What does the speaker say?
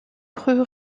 cru